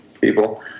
people